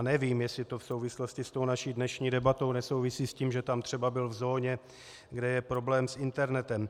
Nevím, jestli to v souvislosti s naší dnešní debatou nesouvisí s tím, že tam třeba byl v zóně, kde je problém s internetem.